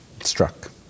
struck